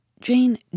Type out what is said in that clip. Jane